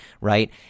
right